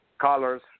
colors